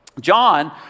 John